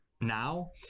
now